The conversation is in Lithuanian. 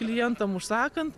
klientam užsakant